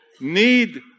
need